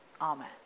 amen